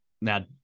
now